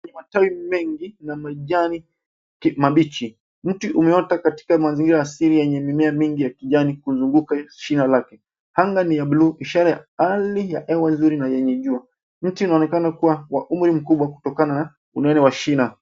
Matawi mengi ya majani mabichi. Mti umeota katika mazingira asili enye mimea nyingi ya kijani ikizunguka siha lake. Anga ni ya buluu ishara ya hali ya hewa nzuri na enye jua. Mti unaonekana kuwa wa umri mkubwa kutokana na unene wa shina.